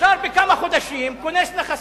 אפשר בכמה חודשים, כונס נכסים,